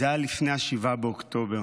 זה היה לפני 7 באוקטובר.